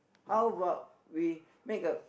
how about we make a